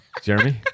jeremy